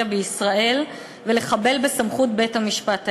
בישראל ולחבל בסמכות בית-המשפט העליון.